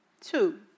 Two